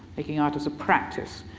making art as a practice.